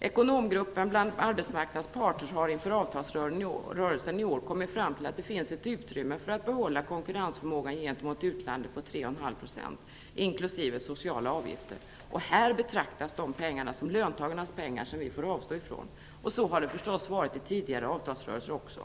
Ekonomgruppen bland arbetsmarknadens parter har inför avtalsrörelsen i år kommit fram till att det finns utrymme för att behålla konkurrensförmågan gentemot utlandet på 3,5 %, inkl. sociala avgifter. Här betraktas dessa pengar som löntagarnas pengar som vi får avstå ifrån. Så har det förstås varit i tidigare avtalsrörelser också.